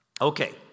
Okay